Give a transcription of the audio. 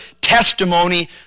testimony